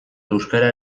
euskara